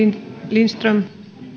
lindström